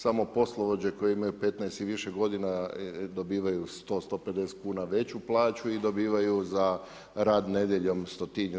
Samo poslovođe koje imaju 15 i više godina dobivaju 100, 150 kuna veću plaću i dobivaju za rad nedjeljom stotinjak.